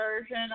version